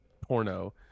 porno